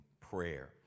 prayer